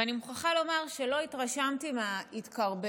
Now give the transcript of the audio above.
ואני מוכרחה לומר שלא התרשמתי מההתקרבנות